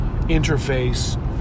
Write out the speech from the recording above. interface